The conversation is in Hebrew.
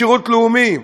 משירות לאומי.